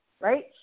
Right